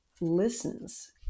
listens